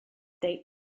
they